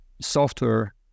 software